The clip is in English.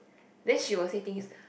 then she will say things